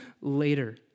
later